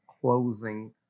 Closing